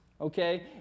okay